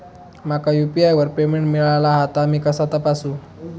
माका यू.पी.आय वर पेमेंट मिळाला हा ता मी कसा तपासू?